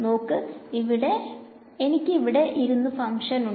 നോക്ക് എനിക്ക് ഇവിടെ ഇരുന്നു ഫങ്ക്ഷൻ ഉണ്ട്